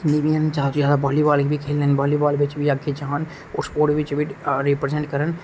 जिन्ने बी होन बाॅलीबाल च अग्गै जान स्पोर्टस गी रिप्रसेंट करन